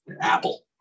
Apple